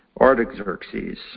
Artaxerxes